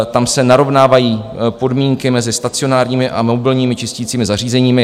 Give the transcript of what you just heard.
Tam se narovnávají podmínky mezi stacionárními a mobilními čistícími zařízeními.